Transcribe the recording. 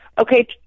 Okay